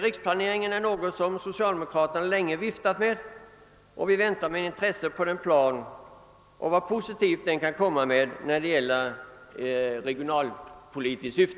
Riksplaneringen är något som socialdemokraterna länge viftat med. Vi väntar med intresse på denna plan och de positiva förslag i regionpolitiskt syfte som den kan komma att innehålla.